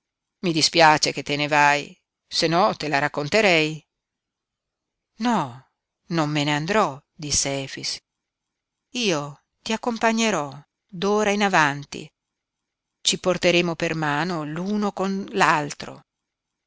i dispiace che te ne vai se no te la racconterei no non me ne andrò disse efix io ti accompagnerò d'ora in avanti ci porteremo per mano l'uno con